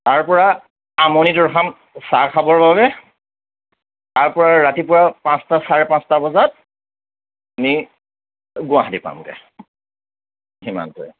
তাৰপৰা আমনিত ৰখাম চাহ খাবৰ বাবে তাৰপৰা ৰাতিপুৱা পাঁচটা চাৰে পাঁচটা বজাত আমি গুৱাহাটী পামগৈ সিমানটোৱে